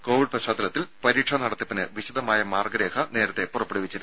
Covid പശ്ചാത്തലത്തിൽ പരീക്ഷാ നടത്തിപ്പിന് വിശദമായ മാർഗ്ഗരേഖ പുറപ്പെടുവിച്ചു